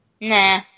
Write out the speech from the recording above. Nah